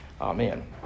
Amen